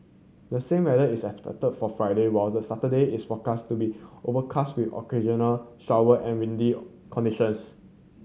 the same weather is expected for Friday while the Saturday is forecast to be overcast with occasional shower and windy conditions